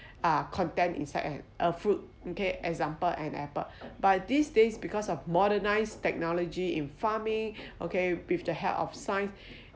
uh content inside and a fruit okay example an apple by these days because of modernise technology in farming okay with the help of science